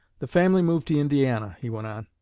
the family moved to indiana, he went on,